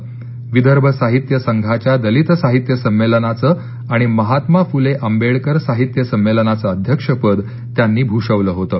विदर्भ साहित्य संघाच्या दलित साहित्य संमेलनाचं आणि महात्मा फुले आंबेडकर साहित्य संमेलनाचं अध्यक्षपद त्यांनी भूषवलं होतं